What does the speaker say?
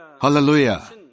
Hallelujah